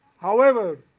however,